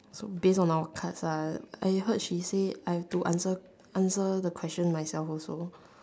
so based on our cards ah I heard she said I have to answer answer the question myself also